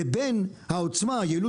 לבין מיעוט